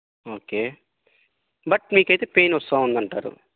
okay but మీకైతే pain వస్తూ ఉందంటారు